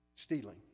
stealing